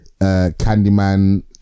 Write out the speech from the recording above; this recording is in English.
Candyman